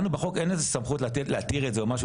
לנו בחוק אין איזו שהיא סמכות להתיר את זה או משהו,